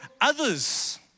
others